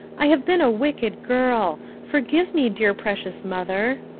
i have been a wicked girl. forgive me, dear precious mother.